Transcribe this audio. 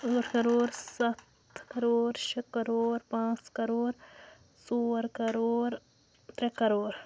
زٕ کَرور سَتھ کَرور شےٚ کَرور پانٛژھ کَرور ژور کَرور ترٛےٚ کَرور